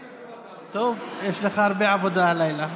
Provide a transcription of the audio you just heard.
טוב, יש לך הרבה עבודה הלילה.